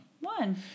One